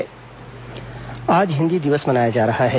हिन्दी दिवस आज हिंदी दिवस मनाया जा रहा है